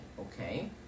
okay